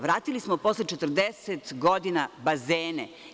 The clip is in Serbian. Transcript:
Vratili smo posle 40 godina bazene.